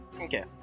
Okay